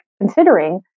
considering